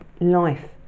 life